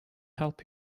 help